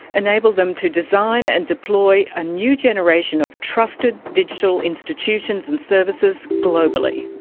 enable them to design and deploy a new generation of trusted digital institutions and services globally.